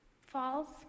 falls